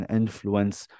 influence